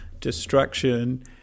destruction